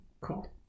Cool